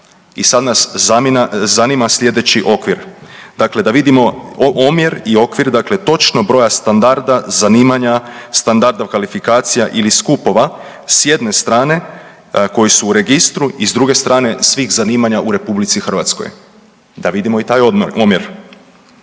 I sad nas zanima sljedeći okvir, dakle da vidimo omjer i okvir dakle točno broja standarda zanimanja, standarda kvalifikacija ili skupova s jedne strane koji su u registru i s druge strane svih zanimanja u RH, da vidimo i taj omjer.